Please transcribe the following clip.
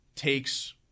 takes